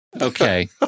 Okay